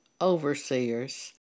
overseers